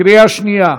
קריאה שנייה.